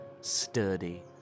sturdy